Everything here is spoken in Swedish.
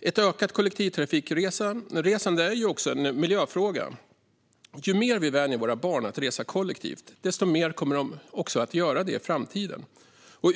Ett ökat kollektivtrafikresande är också en miljöfråga. Ju mer vi vänjer våra barn vid att resa kollektivt, desto mer kommer de att göra det i framtiden.